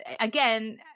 again